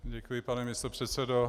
Děkuji, pane místopředsedo.